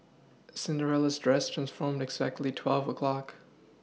Cinderella's dress transformed exactly twelve o' clock